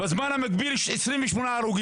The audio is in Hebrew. בזמן המקביל היו 28 נרצחים.